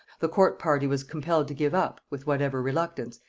the court party was compelled to give up, with whatever reluctance,